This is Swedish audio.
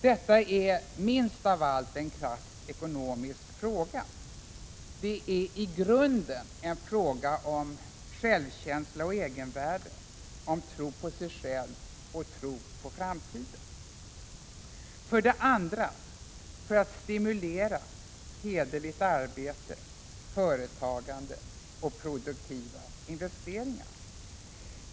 Detta är minst av allt en krasst ekonomisk fråga. Det är i grunden en fråga om självkänsla och egenvärde, om tro på sig själv och tro på framtiden. 2. För att stimulera hederligt arbete, företagande och produktiva investeringar.